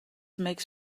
makes